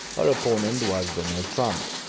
her opponet was donald trump,